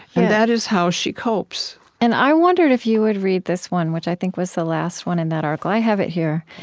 and that is how she copes and i wondered if you would read this one, which i think was the last one in that article. i have it here,